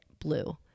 blue